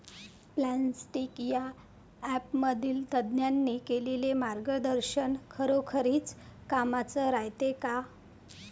Plantix या ॲपमधील तज्ज्ञांनी केलेली मार्गदर्शन खरोखरीच कामाचं रायते का?